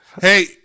Hey